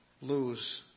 lose